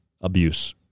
abuse